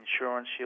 insurance